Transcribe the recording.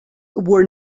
were